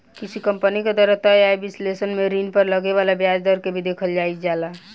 किसी कंपनी के द्वारा तय आय विश्लेषण में ऋण पर लगे वाला ब्याज दर के भी देखल जाइल जाला